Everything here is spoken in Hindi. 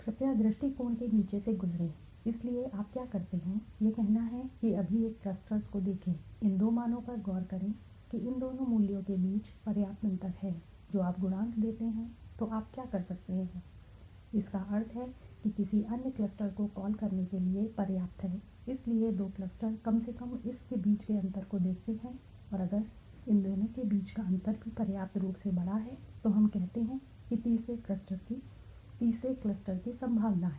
कृपया दृष्टिकोण के नीचे से गुज़रें इसलिए आप क्या करते हैं यह कहना है कि अभी एक क्लस्टर्स को देखें इन दो मानों पर गौर करें कि इन दोनों मूल्यों के बीच पर्याप्त अंतर है जो आप गुणांक देते हैं तो आप क्या कर सकते हैं इसका अर्थ है किसी अन्य क्लस्टर को कॉल करने के लिए पर्याप्त है इसलिए दो क्लस्टर कम से कम इस के बीच के अंतर को देखते हैं और अगर इन दोनों के बीच का अंतर भी पर्याप्त रूप से बड़ा है तो हम कहते हैं कि तीसरे क्लस्टर की संभावना है